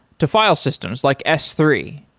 to file systems like s three.